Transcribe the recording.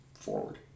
forward